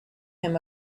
him